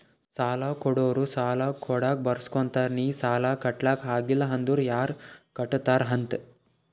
ಸಾಲಾ ಕೊಡೋರು ಸಾಲಾ ಕೊಡಾಗ್ ಬರ್ಸ್ಗೊತ್ತಾರ್ ನಿ ಸಾಲಾ ಕಟ್ಲಾಕ್ ಆಗಿಲ್ಲ ಅಂದುರ್ ಯಾರ್ ಕಟ್ಟತ್ತಾರ್ ಅಂತ್